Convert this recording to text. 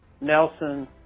Nelson